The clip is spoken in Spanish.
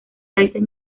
países